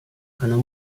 可能